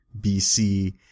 BC